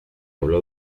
habló